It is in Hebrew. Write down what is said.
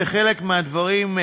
וחלק מהדברים,